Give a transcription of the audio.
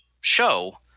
show